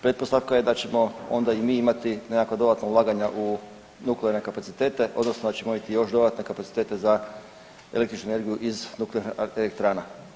Pretpostavka je da ćemo onda i mi imati nekakva dodatna ulaganja u nuklearne kapacitete odnosno da ćemo …/nerazumljivo/… još dodatne kapacitete za električnu energiju iz nuklearnih elektrana.